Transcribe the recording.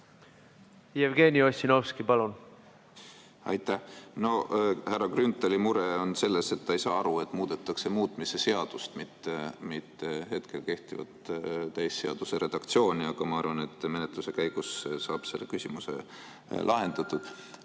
Jevgeni Ossinovski, palun! Aitäh! No härra Grünthali mure on selles, et ta ei saa aru, et muudetakse muutmise seadust, mitte hetkel kehtivat täisseaduse redaktsiooni, aga ma arvan, et menetluse käigus saab selle küsimuse lahendatud.